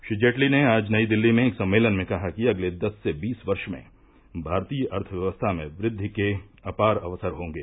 श्री जेटली ने आज नई दिल्ली में एक सम्मेलन में कहा कि अगले दस से बीस वर्ष में भारतीय अर्थव्यवस्था में वृद्वि के अपार अवसर हॉगे